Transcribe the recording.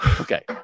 Okay